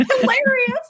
Hilarious